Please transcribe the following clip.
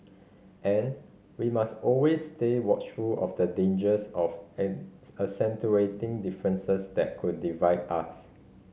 and we must always stay watchful of the dangers of an accentuating differences that could divide us